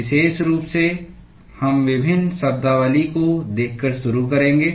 विशेष रूप से हम विभिन्न शब्दावली को देखकर शुरू करेंगे